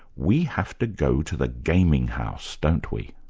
we have to go to the gaming house, don't we?